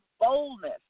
boldness